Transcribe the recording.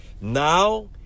Now